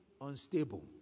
unstable